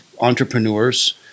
entrepreneurs